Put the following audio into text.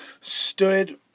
stood